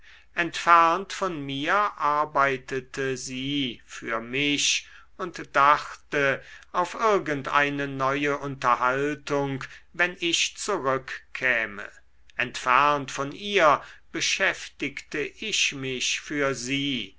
entfernt von mir arbeitete sie für mich und dachte auf irgend eine neue unterhaltung wenn ich zurückkäme entfernt von ihr beschäftigte ich mich für sie